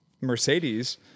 Mercedes